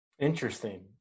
Interesting